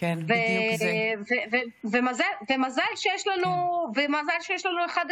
לשחרר לאלתר את